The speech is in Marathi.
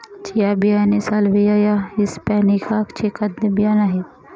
चिया बियाणे साल्विया या हिस्पॅनीका चे खाद्य बियाणे आहे